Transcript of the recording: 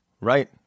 right